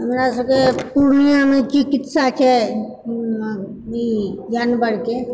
हमरा सभके पूर्णियामे की चिकित्सा छै ई जानवरके